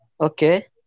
Okay